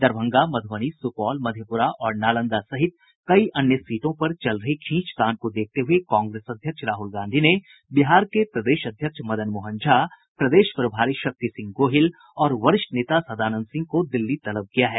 दरभंगा मधुबनी सुपौल मधेपुरा और नालंदा सहित कई अन्य सीटों पर चल रहे खींचतान को देखते हुए कांग्रेस अध्यक्ष राहुल गांधी ने बिहार के प्रदेश अध्यक्ष मदन मोहन झा प्रदेश प्रभारी शक्ति सिंह गोहिल और वरिष्ठ नेता सदानंद सिंह को दिल्ली तलब किया है